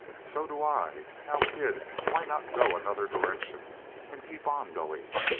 so do i. now, kid, why not go another direction and keep on going?